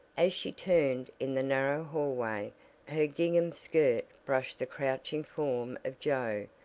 as she turned in the narrow hallway her gingham skirt brushed the crouching form of joe,